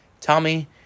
Tommy